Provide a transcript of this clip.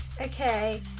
Okay